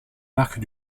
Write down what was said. marques